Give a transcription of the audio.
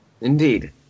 Indeed